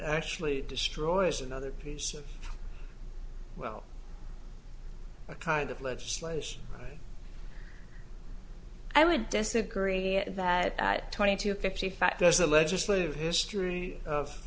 actually destroys another piece of well kind of legislation i would disagree that twenty to fifty factors the legislative history of